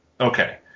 Okay